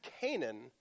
Canaan